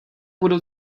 budu